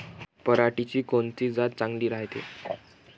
पऱ्हाटीची कोनची जात चांगली रायते?